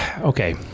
okay